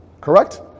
Correct